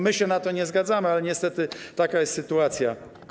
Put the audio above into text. My się na to nie zgadzamy, ale niestety taka jest sytuacja.